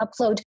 upload